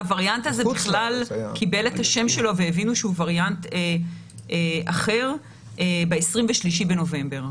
הווריאנט הזה קיבל את השם שלו והבינו שהוא וריאנט אחר ב-23 בנובמבר,